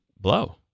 blow